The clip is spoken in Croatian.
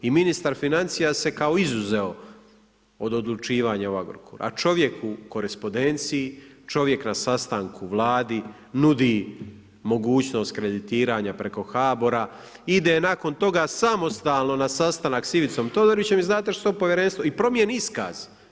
I ministar financija se kao izuzeo od odlučivanja u Agrokoru, a čovjek u korespondenciji, čovjek na sastanku u Vladi nudi mogućnost kreditiranja preko HBOR-a, ide nakon toga samostalno na sastanak s Ivicom Todorićem i znate … i promijeni iskaz.